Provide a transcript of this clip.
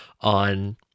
on